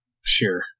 Sure